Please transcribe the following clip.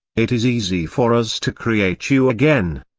it is easy for us to create you again.